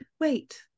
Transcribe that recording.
wait